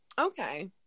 Okay